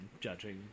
judging